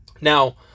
Now